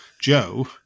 Joe